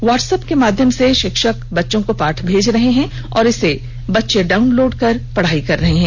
WhatsApp के माध्यम से शिक्षक बच्चों को पाठ भेज रहे हैं और इसे डाउनलोड कर बच्चे पढ़ाई कर रहे हैं